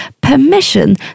permission